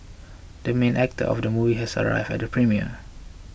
the main actor of the movie has arrived at the premiere